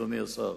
אדוני השר.